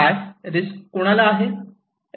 risk कुणाला आहे